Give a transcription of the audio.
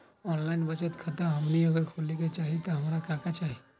Online बचत खाता हमनी अगर खोले के चाहि त हमरा का का चाहि?